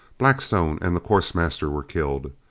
blackstone and the course master were killed.